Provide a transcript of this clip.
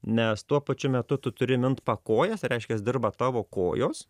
nes tuo pačiu metu tu turi mint pakojas tai reiškias dirba tavo kojos